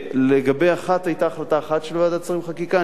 ולגבי אחת היתה החלטה אחת של ועדת שרים לחקיקה.